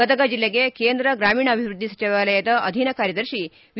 ಗದಗ ಜಿಲ್ಲೆಗೆ ಕೇಂದ್ರ ಗ್ರಮೀಣಾಭಿವೃದ್ದಿ ಸಚಿವಾಲಯದ ಅಧೀನ ಕಾರ್ಯದರ್ಶಿ ವಿ